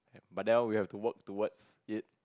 but then we have to work towards it